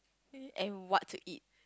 and what to eat